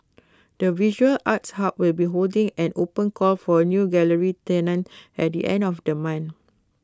the visual arts hub will be holding an open call for new gallery tenants at the end of the month